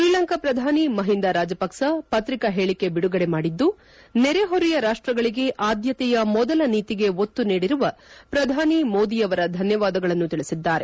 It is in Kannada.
ಶ್ರೀಲಂಕಾ ಪ್ರಧಾನಿ ಮಹಿಂದ ರಾಜಪಕ್ಷ ಪತ್ರಿಕಾ ಹೇಳಿಕೆ ಬಿಡುಗಡೆ ಮಾಡಿದ್ದು ನೆರೆಹೊರೆಯ ರಾಷ್ಟಗಳಗೆ ಆದ್ಯತೆಯ ಮೊದಲ ನೀತಿಗೆ ಒತ್ತು ನೀಡಿರುವ ಪ್ರಧಾನಿ ಮೋದಿಯವರಿಗೆ ಧನ್ಯವಾದಗಳನ್ನು ತಿಳಿಸಿದ್ದಾರೆ